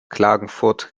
klagenfurt